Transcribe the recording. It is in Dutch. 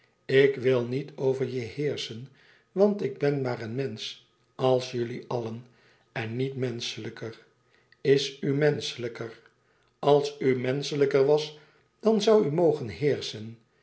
ik wil niet over je heerschen want ik ben maar een mensch als jullie allen en niet menschelijker is u menschelijker als u menschelijker was dàn zoû u mogen heerschen